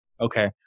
okay